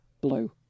blue